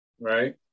right